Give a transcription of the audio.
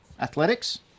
Athletics